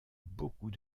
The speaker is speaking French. beaucoup